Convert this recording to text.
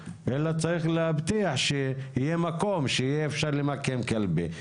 אלא צריך להבטיח שיהיה מקום שיהיה אפשר למקם קלפי,